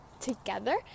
together